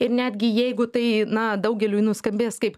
ir netgi jeigu tai na daugeliui nuskambės kaip